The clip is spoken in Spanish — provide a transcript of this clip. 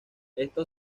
esto